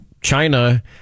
China